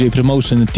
Promotion